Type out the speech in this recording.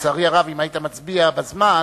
לצערי הרב, אם היית מצביע בזמן